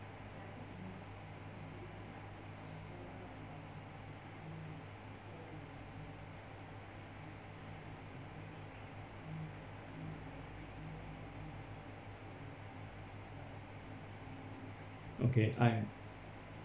okay I